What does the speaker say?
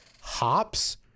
hops